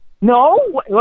No